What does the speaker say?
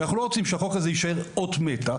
כי אנחנו לא רוצים שהחוק הזה יישאר אות מתה,